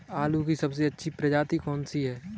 आलू की सबसे अच्छी प्रजाति कौन सी है?